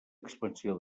expansió